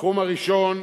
התחום הראשון,